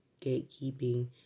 gatekeeping